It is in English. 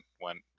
went